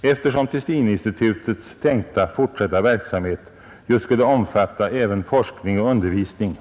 Eftersom Tessininstitutets tänkta fortsatta verksamhet ju skulle omfatta även forskning och undervisning